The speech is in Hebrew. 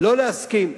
לא להסכים.